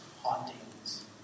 hauntings